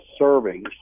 servings